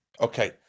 Okay